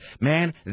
man